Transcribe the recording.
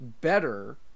better